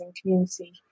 community